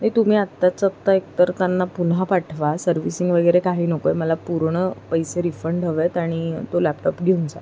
नाही तुम्ही आत्ताचं आत्ता एक तर त्यांना पुन्हा पाठवा सर्व्हिसिंग वगैरे काही नको आहे मला पूर्ण पैसे रिफंड हवे आहेत आणि तो लॅपटॉप घेऊन जा